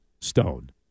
stone